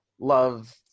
love